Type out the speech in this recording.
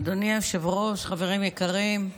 אדוני היושב-ראש, חברים יקרים,